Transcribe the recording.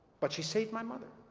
but she saved my mother,